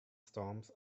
storms